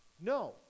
No